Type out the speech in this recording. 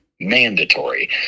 mandatory